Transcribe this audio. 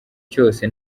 cyose